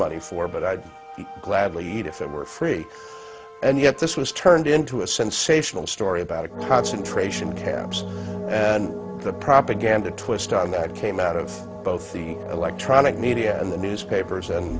money for but i'd gladly eat if it were free and yet this was turned into a sensational story about concentration camps and the propaganda twist on that came out of both the electronic media and the newspapers and